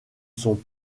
sont